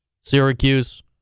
Syracuse